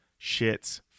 shits